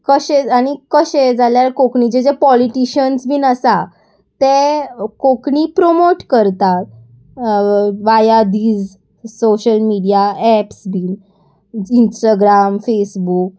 कशें आनी कशें जाल्यार कोंकणीचे जे पॉलिटिशन्स बीन आसा ते कोंकणी प्रोमोट करतात via these social media apps being Instagram Facebook